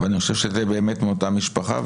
אני חושב שזה באמת מאותה משפחה,